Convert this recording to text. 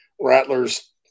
Rattler's